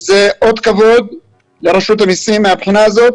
זה אות כבוד לרשות המסים מהבחינה הזאת